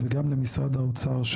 וגם למשרד האוצר,